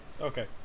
Okay